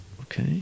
Okay